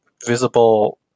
visible